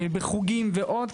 בחוגים ועוד,